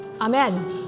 Amen